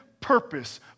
purpose